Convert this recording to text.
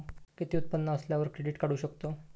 किती उत्पन्न असल्यावर क्रेडीट काढू शकतव?